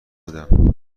بودم